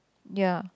ya